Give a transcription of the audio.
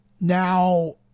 now